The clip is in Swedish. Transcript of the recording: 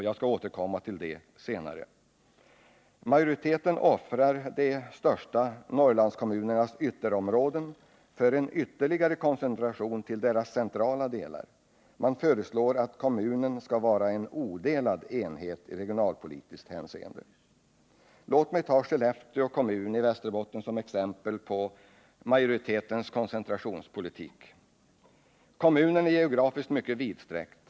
Jag skall återkomma till det senare. Majoriteten offrar de största Norrlandskommunernas ytterområden för en ytterligare koncentration till deras centrala delar. Man föreslår att kommunen skall vara en odelad enhet i regionalpolitiskt hänseende. Låt mig ta Skellefteå kommun i Västerbotten som exempel på majoritetens koncentrationspolitik. Kommunen är geografiskt mycket vidsträckt.